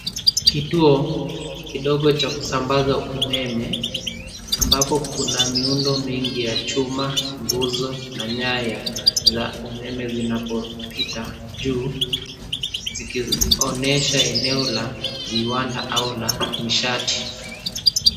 Kituo kidogo cha kusambaza umeme ambapo kuna miundo mingi ya chuma, nguzo, na nyaya za umeme zinapopita juu zikionyesha eneo la viwanda au la mishati.